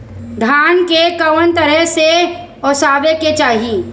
धान के कउन तरह से ओसावे के चाही?